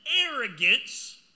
arrogance